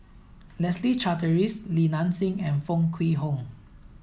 Leslie Charteris Li Nanxing and Foo Kwee Horng